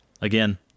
again